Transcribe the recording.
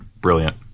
Brilliant